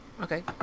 Okay